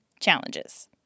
challenges